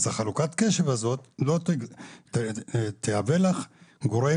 אז חלוקת הקשב הזאת תהווה לך גורם